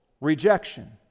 rejection